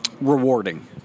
rewarding